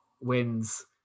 wins